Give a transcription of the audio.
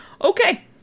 okay